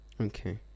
Okay